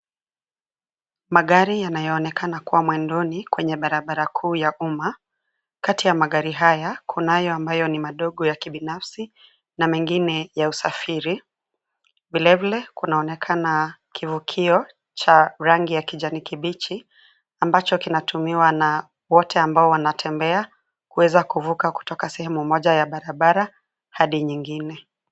Magari yanayoonekana kuwa mwendoni kwenye barabara kuu ya umma. Kati ya magari haya, kunayo ambayo ni madogo ya kibinafsi na mengine ya usafiri. Vilevile kunaonekana kivukio cha rangi ya kijani kibichi ambacho kinatumiwa na wote ambao wanatembea, kuweza kuvuka kutoka sehemu moja ya barabara hadi nyingine.